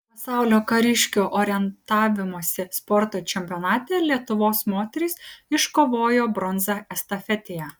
pasaulio kariškių orientavimosi sporto čempionate lietuvos moterys iškovojo bronzą estafetėje